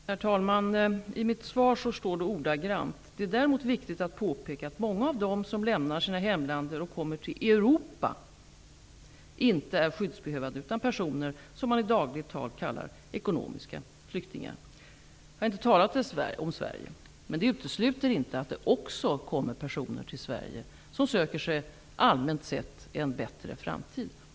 Herr talman! I mitt svar står ordagrant: Det är däremot viktigt att påpeka att många av dem som lämnar sina hemländer och kommer till Europa inte är skyddsbehövande, utan personer som man i dagligt tal kallar ekonomiska flyktingar. Jag har inte talat om Sverige, men det utesluter inte att det också till Sverige kommer personer som söker sig allmänt sett en bättre framtid.